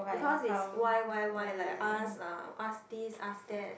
because is why why why like ask lah ask this ask that